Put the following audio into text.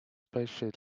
patient